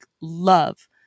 love